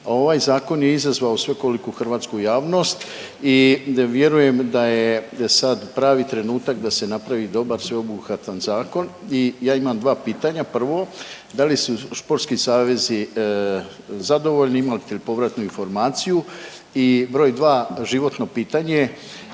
Ovaj zakon je izazvao svekoliku hrvatsku javnost i ne, vjerujem da je sad pravi trenutak da se napravi dobar sveobuhvatan zakon i ja imam dva pitanja. Prvo, da li su sportski savezi zadovoljni imate li povratnu informaciju i broj dva životno pitanje